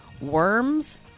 Worms